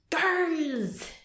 Girls